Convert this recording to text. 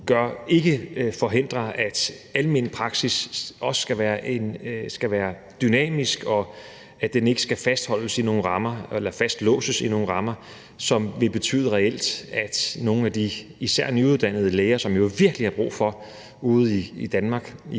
ikke forhindre, at almenpraksis også skal være dynamisk, og at den ikke skal fastlåses i nogle rammer, som reelt vil betyde, at nogle af de især nyuddannede læger, som vi jo virkelig har brug for ude i Danmark